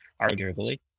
Arguably